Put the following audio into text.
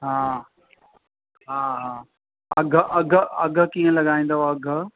हा हा हा अघु अघु अघु कीअं लॻाईंदव अघु